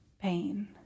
pain